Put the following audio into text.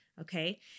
okay